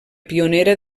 pionera